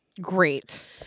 Great